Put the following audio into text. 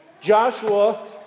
Joshua